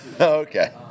Okay